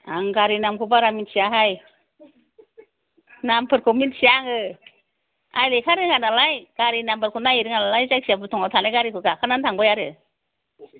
आं गारिनि नामखौ बारा मिथियाहाय नामफोरखौ मिथिया आङो आं लेखा रोङा नालाय गारिनि नामबार खौ नायनो रोङानालाय जायखिजाया भुटान आव थांनाय गारिखौ गाखोनानै थांबाय आरो